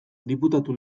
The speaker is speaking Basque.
diputatu